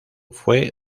fue